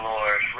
Lord